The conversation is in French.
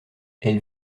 elle